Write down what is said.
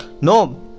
No